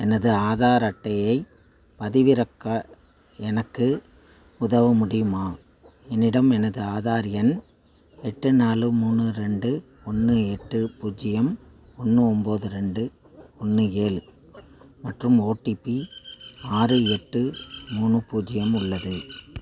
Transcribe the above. எனது ஆதார் அட்டையைப் பதிவிறக்க எனக்கு உதவ முடியுமா என்னிடம் எனது ஆதார் எண் எட்டு நாலு மூணு ரெண்டு ஒன்று எட்டு பூஜ்ஜியம் ஒன்று ஒம்பது ரெண்டு ஒன்று ஏழு மற்றும் ஓடிபி ஆறு எட்டு மூணு பூஜ்ஜியம் உள்ளது